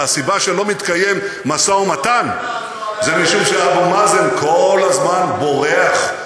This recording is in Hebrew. והסיבה שלא מתקיים משא-ומתן זה משום שאבו מאזן כל הזמן בורח,